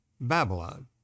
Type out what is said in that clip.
babylon